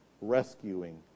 rescuing